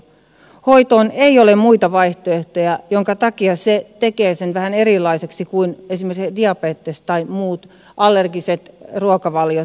hoitoon ei ole muita vaihtoehtoja mikä tekee sen vähän erilaiseksi kuin esimerkiksi diabetes tai muut allergiset ruokavaliot